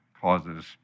causes